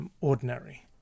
Ordinary